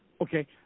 okay